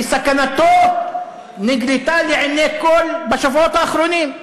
וסכנתו נגלתה לעיני כול בשבועות האחרונים,